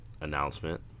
announcement